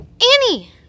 Annie